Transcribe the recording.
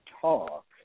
Talk